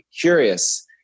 curious